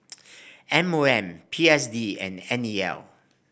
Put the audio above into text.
M O M P S D and N E L